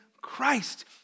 Christ